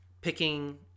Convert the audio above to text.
picking